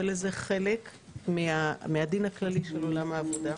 לזה חלק מהדין הכללי של עולם העבודה.